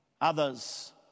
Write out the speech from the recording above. Others